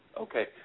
Okay